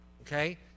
Okay